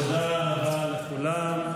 תודה רבה לכולם.